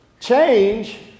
Change